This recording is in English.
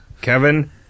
Kevin